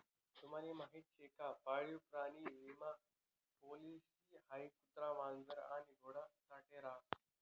तुम्हले माहीत शे का पाळीव प्राणी विमा पॉलिसी हाई कुत्रा, मांजर आणि घोडा साठे रास